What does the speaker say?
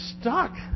stuck